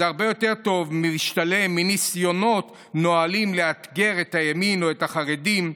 זה הרבה יותר משתלם מניסיונות נואלים לאתגר את הימין או את החרדים.